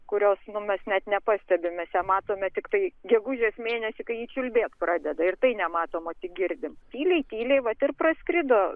kurios nu mes net nepastebim mes ją matome tiktai gegužės mėnesį kai čiulbėt pradeda ir tai nematom o tik girdime tyliai tyliai vat ir praskrido